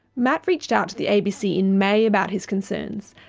matt reached out to the abc in may about his concerns,